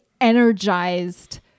energized